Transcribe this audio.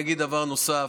אני אגיד דבר נוסף.